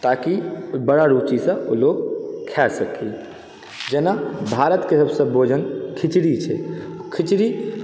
ताकि बड़ा रूचिसँ ओ लोग खाए सकी जेना भारतके सबसँ भोजन खिचड़ी छै खिचड़ी